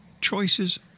Choices